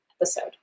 episode